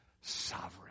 sovereign